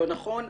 לא נכון,